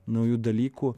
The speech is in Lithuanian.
naujų dalykų